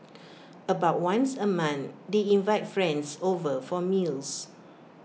about once A month they invite friends over for meals